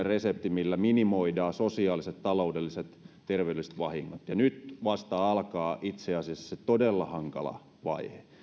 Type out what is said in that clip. resepti millä minimoidaan sosiaaliset taloudelliset ja terveydelliset vahingot nyt vasta alkaa itse asiassa se todella hankala vaihe